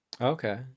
Okay